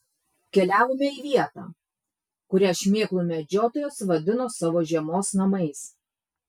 keliavome į vietą kurią šmėklų medžiotojas vadino savo žiemos namais